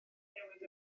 newid